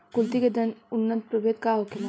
कुलथी के उन्नत प्रभेद का होखेला?